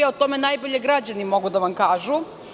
O tome najbolje građani mogu da vam kažu.